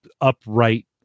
upright